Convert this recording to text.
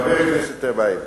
חבר הכנסת טיבייב,